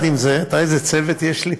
תראה איזה צוות יש לי,